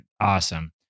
awesome